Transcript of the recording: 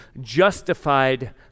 justified